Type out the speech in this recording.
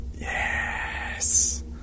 Yes